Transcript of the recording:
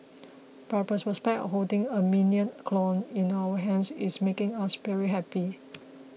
but the prospect of holding a Minion clone in our hands is making us very happy